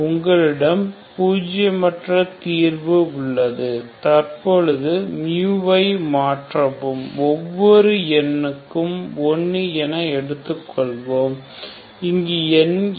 உங்களிடம் பூஜியமற்ற மற்ற தீர்வு உள்ளது தற்பொழுது ஐ மாற்றவும் ஒவ்வொரு க்கும்1 என எடுத்துக்கொள்வோம் இங்கு n என்பது 123